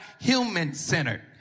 human-centered